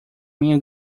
minha